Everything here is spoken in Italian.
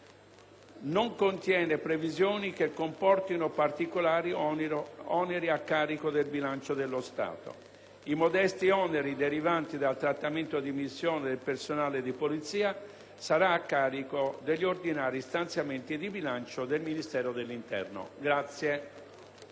non contiene previsioni che comportino particolari oneri a carico del bilancio dello Stato. I modesti oneri derivanti dal trattamento di missione del personale di polizia saranno a carico degli ordinari stanziamenti di bilancio del Ministero dell'interno.